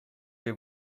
les